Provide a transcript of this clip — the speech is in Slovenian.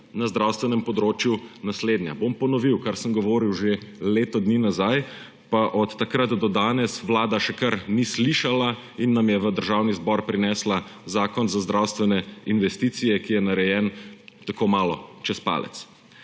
na zdravstvenem področju naslednja. Bom ponovil, kar sem govoril že leto dni nazaj, pa od takrat do danes Vlada še kar ni slišala in nam je v Državni zbor prinesla zakon za zdravstvene investicije, ki je narejen, tako malo čez palec.